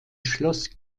schloss